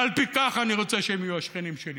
ועל פי כך אני רוצה שהם יהיו השכנים שלי.